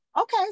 okay